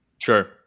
Sure